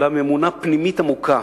אלא מאמונה פנימית עמוקה